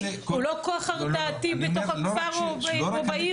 הוא לא כוח הרתעה בתוך הכפר או בעיר?